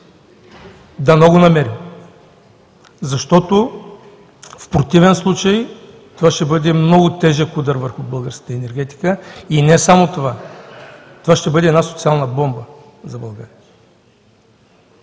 Дано го намерим, защото в противен случай това ще бъде много тежък удар върху българската енергетика, и не само това. Това ще бъде една социална бомба за България,